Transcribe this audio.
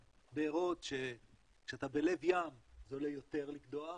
בארות כשאתה בלב ים זה עולה יותר לקדוח,